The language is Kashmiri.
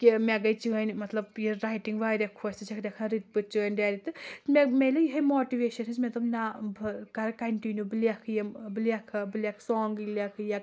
کہِ مےٚ گٔے چیٛٲنۍ مطلب یہِ رایٹِنٛگ واریاہ خۄش ژٕ چھیٚکھ لیٚکھان رٕتۍ پٲٹھۍ چیٛٲنۍ ڈایرِی تہٕ مےٚ میلے یِہٲے ماٹِویشَن ہِش مےٚ دوٗپ نا بہٕ کَرٕ کَنٹِنِو بہٕ لیکھہٕ یِم بہٕ لیکھہٕ بہٕ لیٚکھ سوٛانٛگ لیٚکھ یا